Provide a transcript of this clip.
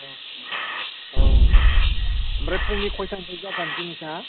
औ औ आमफ्राय फुंनि खयथानिफ्राय जागोन जिनिसा